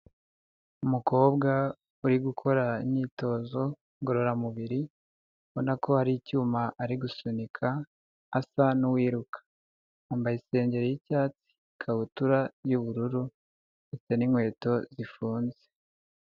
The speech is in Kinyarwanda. Umukobwa uri gukora imyitozo ngororamubiri, ubona ko hari icyuma ari gusunika asa n'uwiruka, yambaye isengeri y'icyatsi, ikabutura y'ubururu n'inkweto zifunze.